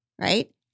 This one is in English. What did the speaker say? right